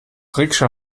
rikscha